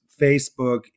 Facebook